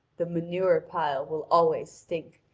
the manure-pile will always stink,